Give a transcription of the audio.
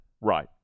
Right